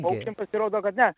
paukščiam pasirodo kad ne